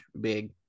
big